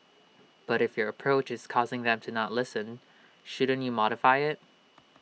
but if your approach is causing them to not listen shouldn't you modify IT